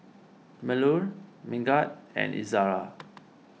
Melur Megat and Izara